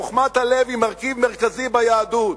חוכמת הלב היא מרכיב מרכזי ביהדות.